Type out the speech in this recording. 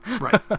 Right